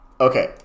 okay